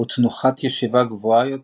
תנוחת ישיבה גבוהה יותר